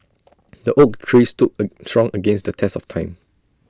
the oak tree stood strong against the test of time